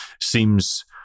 seems